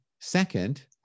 Second